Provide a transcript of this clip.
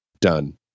done